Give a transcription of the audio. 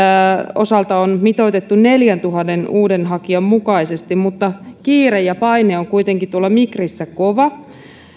osalta on mitoitettu neljäntuhannen uuden hakijan mukaisesti mutta kiire ja paine ovat kuitenkin tuolla migrissä kovia